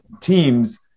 teams